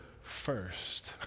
first